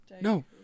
No